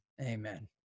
Amen